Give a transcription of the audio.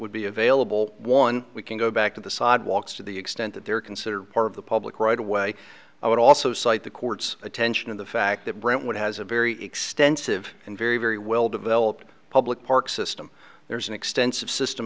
would be available one we can go back to the sidewalks to the extent that they are considered part of the public right away i would also cite the court's attention of the fact that brentwood has a very extensive and very very well developed public park system there's an extensive system